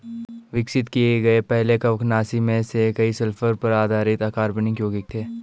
विकसित किए गए पहले कवकनाशी में से कई सल्फर पर आधारित अकार्बनिक यौगिक थे